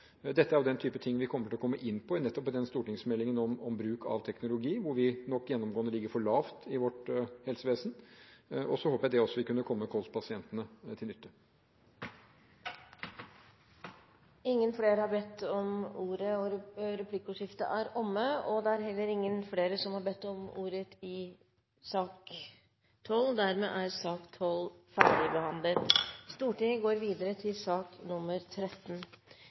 Dette er av denne type ting vi kommer til å komme inn på i nettopp stortingsmeldingen om bruk av teknologi, hvor vi nok gjennomgående ligger for lavt i vårt helsevesen. Så håper jeg det vil komme også kolspasientene til nytte. Replikkordskiftet er dermed omme. Flere har ikke bedt om ordet til sak